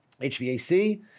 HVAC